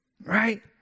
right